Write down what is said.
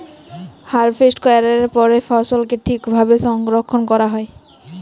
harvest ক্যরার পরে ফসলকে ঠিক ভাবে সংরক্ষল ক্যরা হ্যয়